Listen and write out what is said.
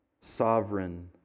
Sovereign